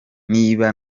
niba